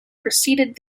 preceded